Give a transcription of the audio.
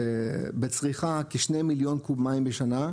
בצריכה כ-2 מיליון קוב מים בשנה,